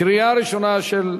קריאה ראשונה.